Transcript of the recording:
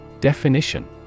Definition